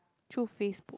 through Facebook